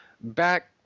back